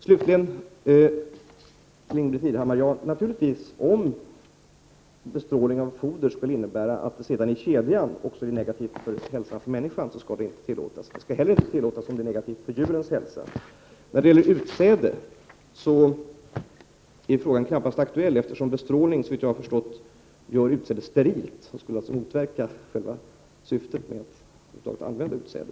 Slutligen vill jag säga till Ingbritt Irhammar att om bestrålning av foder skulle innebära att det sedan vidare i kedjan också blir negativa effekter på människors hälsa, skall det naturligtvis inte tillåtas. Det skall inte heller tillåtas om det blir negativa effekter på djurens hälsa. När det gäller utsäde är frågan knappast aktuell. Såvitt jag har förstått gör nämligen bestrålningen att utsädet blir sterilt. Det skulle således motverka själva syftet med att över huvud taget använda utsäde.